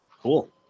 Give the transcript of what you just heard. Cool